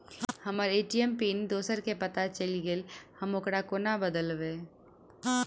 हम्मर ATM PIN दोसर केँ पत्ता चलि गेलै, हम ओकरा कोना बदलबै?